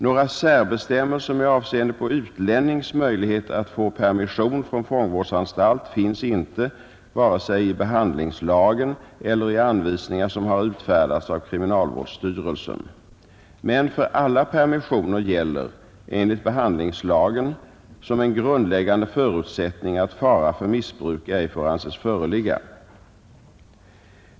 Några särbestämmelser med avseende på utlännings möjlighet att få permission från fångvårdsanstalt finns inte vare sig i behandlingslagen eller i anvisningar som har utfärdats av kriminalvårdsstyrelsen. Men för alla permissioner gäller enligt behandlingslagen som en grundläggande förutsättning att fara för missbruk ej får anses föreligga.